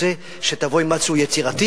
הוא רוצה שתבוא עם משהו יצירתי,